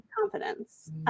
confidence